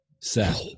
set